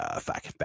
Fuck